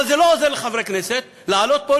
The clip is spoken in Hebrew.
אבל זה לא עוזר לחברי כנסת לעלות פה,